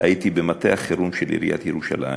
הייתי במטה החירום של עיריית ירושלים,